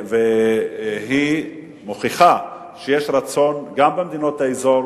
והיא מוכיחה שיש רצון גם במדינות האזור